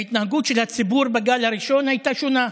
ההתנהגות של הציבור בגל הראשון הייתה שונה.